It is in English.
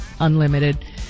unlimited